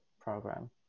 program